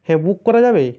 হ্যাঁ বুক করা যাবে